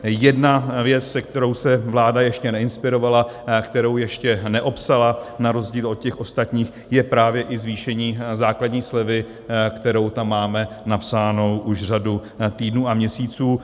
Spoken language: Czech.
Jedna věc, kterou se vláda ještě neinspirovala, kterou ještě neopsala na rozdíl od těch ostatních, je právě i zvýšení základní slevy, kterou tam máme napsánu už řadu týdnů a měsíců.